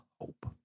hope